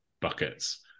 buckets